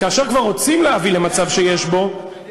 כאשר כבר רוצים להביא למצב שיש בו, אתה יודע